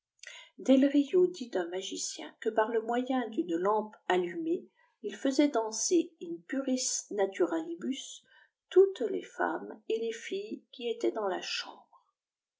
vie delrio lit d'un magicien que par le moyen d'nne lampe allumée il faisait danser in puris naiurdibu toutes les femnae et le filles qui étaient dans la chambre